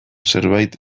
zerbait